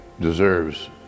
deserves